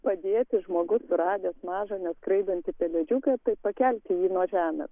padėti žmogus suradęs mažą neskraidantį pelėdžiuką tai pakelti jį nuo žemės